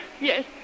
Yes